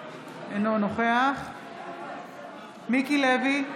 אינו נוכח מיקי לוי,